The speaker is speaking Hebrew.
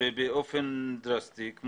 באופן דרסטי.